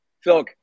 Phil